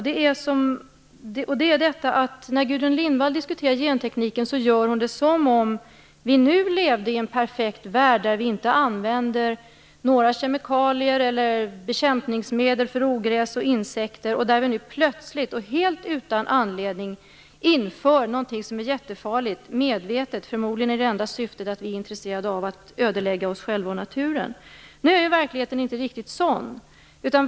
Det är att när Gudrun Lindvall diskuterar gentekniken gör hon det som om vi levde i en perfekt värld där vi inte använder några kemikalier eller bekämpningsmedel för ogräs och insekter och där vi nu plötsligt och helt utan anledning medvetet inför någonting som är jättefarligt. Det enda syftet med detta är förmodligen att vi är intresserade av att ödelägga oss själva och naturen. Nu är verkligheten inte riktigt sådan.